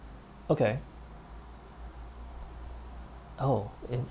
okay oh